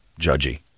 judgy